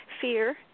fear